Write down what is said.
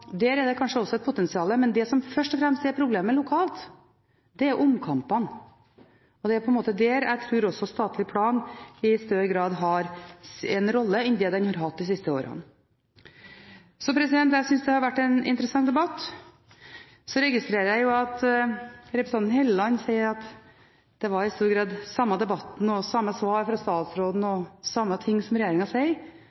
fremst er problemet lokalt, er omkampene, og det er der jeg tror også statlig plan i større grad har en rolle enn det den har hatt de siste årene. Så jeg synes det har vært en interessant debatt. Så registrerer jeg at representanten Helleland sier at det i stor grad var samme debatt, samme svar fra statsråden og